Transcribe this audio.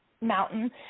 mountain